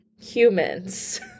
Humans